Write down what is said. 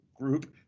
group